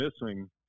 missing